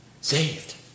saved